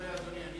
אדוני,